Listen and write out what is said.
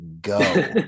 Go